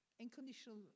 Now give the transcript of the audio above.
unconditional